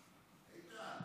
כך,